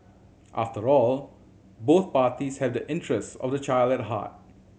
after all both parties have the interests of the child at heart